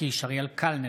אינה נוכחת יואב קיש,